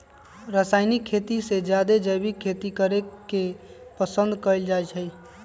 रासायनिक खेती से जादे जैविक खेती करे के पसंद कएल जाई छई